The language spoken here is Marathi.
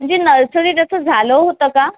म्हणजे नर्सरी त्याचं झालं होतं का